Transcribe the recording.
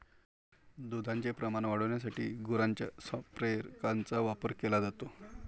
दुधाचे प्रमाण वाढविण्यासाठी गुरांच्या संप्रेरकांचा वापर केला जातो